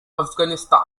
afghanistan